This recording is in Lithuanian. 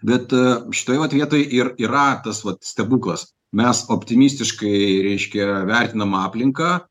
bet e šitoj vat vietoj ir yra tas vat stebuklas mes optimistiškai reiškia vertinam aplinką